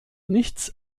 nichts